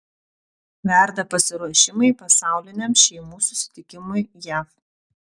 verda pasiruošimai pasauliniam šeimų susitikimui jav